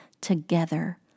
together